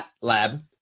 lab